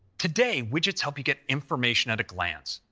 today, widgets help you get information at a glance.